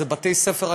אלה בתי-ספר,